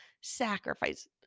sacrifice